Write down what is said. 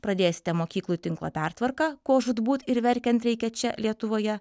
pradėsite mokyklų tinklo pertvarką ko žūtbūt ir verkiant reikia čia lietuvoje